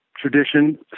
tradition